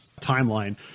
timeline